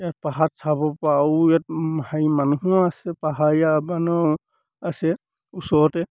ইয়াত পাহাৰত চাবপৰা আৰু ইয়াত হেৰি মানুহো আছে পাহাৰীয়া মানুহ আছে ওচৰতে